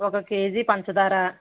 ఒక కేజీ పంచదార